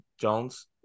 Jones